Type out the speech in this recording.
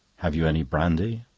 have you any brandy?